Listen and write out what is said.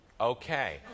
okay